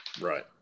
Right